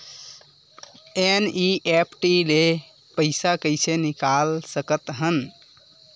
NEFT ले पईसा कइसे निकाल सकत हन?